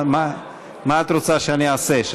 אבל מה את רוצה שאני אעשה?